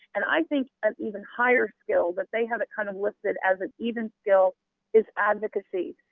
and i think an even higher skill that they have kind of listed as an even skill is advocacy.